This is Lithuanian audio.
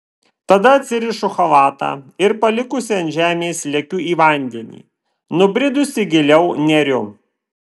tada atsirišu chalatą ir palikusi ant žemės lekiu į vandenį nubridusi giliau neriu